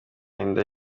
inda